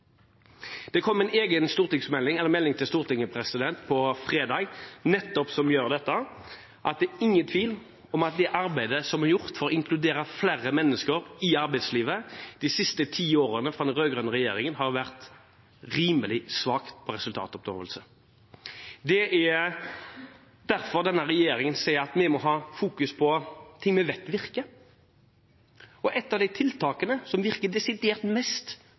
Det kom en egen melding til Stortinget på fredag, som nettopp tar opp dette. Det er ingen tvil om at det arbeidet som er gjort fra den rød-grønne regjeringen for å inkludere flere mennesker i arbeidslivet de siste ti årene, har vært rimelig svakt på resultatoppnåelse. Det er derfor denne regjeringen sier at vi må ha fokus på ting vi vet virker. Et av de tiltakene som virker desidert